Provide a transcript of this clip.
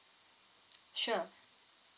sure